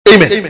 Amen